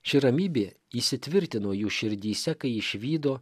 ši ramybė įsitvirtino jų širdyse kai išvydo